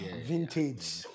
Vintage